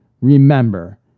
Remember